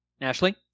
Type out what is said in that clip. Ashley